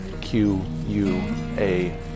Q-U-A-